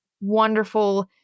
wonderful